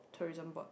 tourism board